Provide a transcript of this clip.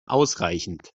ausreichend